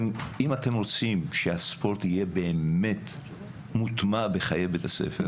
אם אתם רוצים שהספורט יהיה באמת מוטמע בחיי בית הספר